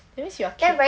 that means you are cute